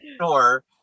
sure